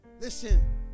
Listen